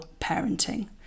parenting